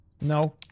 No